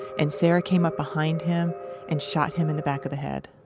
and sara came up behind him and shot him in the back of the head.